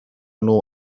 nhw